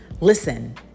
Listen